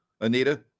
Anita